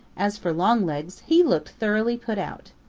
as for longlegs, he looked thoroughly put out.